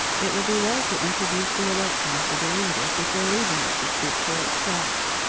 it will be well to introduce the electron to the reader before leaving it to speak for itself.